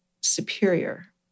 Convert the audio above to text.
superior